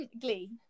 glee